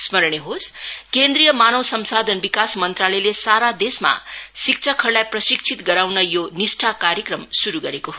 स्मरणीय होस् केन्द्रीय मानव संसाधन विकास मंत्रालयले सारा देशमा शिक्षकहरूलाई प्रशिक्षित गराउन यो निष्ठा कार्यक्रम श्रू गरेको हो